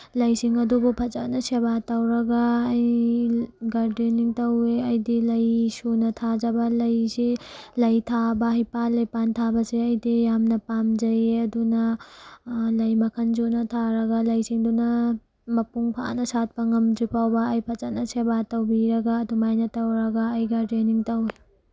ꯂꯩꯁꯤꯡ ꯑꯗꯨꯕꯨ ꯐꯖꯅ ꯁꯦꯕꯥ ꯇꯧꯔꯒ ꯑꯩ ꯒꯥꯔꯗꯦꯅꯤꯡ ꯇꯧꯋꯦ ꯑꯩꯗꯤ ꯂꯩ ꯁꯨꯅ ꯊꯥꯖꯕ ꯂꯩꯁꯦ ꯂꯩ ꯊꯥꯕ ꯍꯩꯄꯥꯜ ꯂꯩꯄꯥꯜ ꯊꯥꯕꯁꯦ ꯑꯩꯗꯤ ꯌꯥꯝꯅ ꯄꯥꯝꯖꯩꯌꯦ ꯑꯗꯨꯅ ꯂꯩ ꯃꯈꯜ ꯁꯨꯅ ꯊꯥꯔꯒ ꯂꯩꯁꯤꯡꯗꯨꯅ ꯃꯄꯨꯡ ꯐꯥꯅ ꯁꯥꯠꯄ ꯉꯝꯗ꯭ꯔꯤꯐꯥꯎꯕ ꯑꯩ ꯐꯖꯅ ꯁꯦꯕꯥ ꯇꯧꯕꯤꯔꯒ ꯑꯗꯨꯃꯥꯏꯅ ꯇꯧꯔꯒ ꯑꯩ ꯒꯥꯔꯗꯦꯅꯤꯡ ꯇꯧꯋꯤ